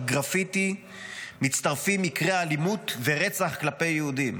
הגרפיטי מצטרפים מקרי אלימות ורצח כלפי יהודים.